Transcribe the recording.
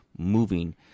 moving